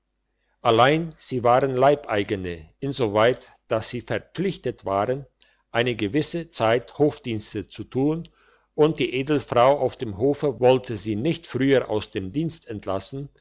allein sie waren leibeigene insoweit dass sie verpflichtet waren eine gewisse zeit hofdienste zu tun und die edelfrau auf dem hofe wollte sie nicht früher aus dem dienst entlassen